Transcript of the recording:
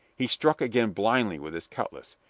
he struck again blindly with his cutlass.